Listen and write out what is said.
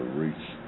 reach